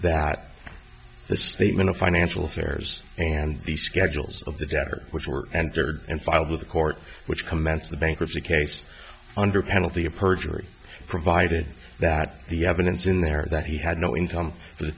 that the statement of financial affairs and the schedules of the debtor which were entered and filed with the court which commence the bankruptcy case under penalty of perjury provided that the evidence in there that he had no in some of the